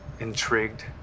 intrigued